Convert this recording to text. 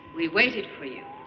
we waited for you.